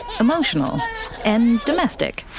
emotional and domestic,